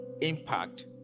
impact